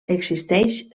existeix